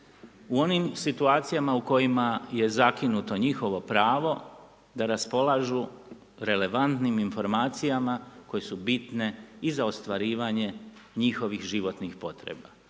U onim situacijama u kojima je zakinuto njihovo pravo da raspolažu relevantnim informacijama koje su bitne i za ostvarivanje njihovih životnih potreba.